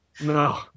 No